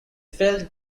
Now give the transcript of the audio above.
failed